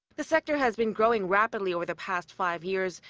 the sector has been growing rapidly over the past five years,